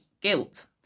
guilt